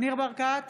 ניר ברקת,